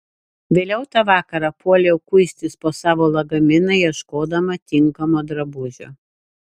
vėliau tą vakarą puoliau kuistis po savo lagaminą ieškodama tinkamo drabužio